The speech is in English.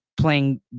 playing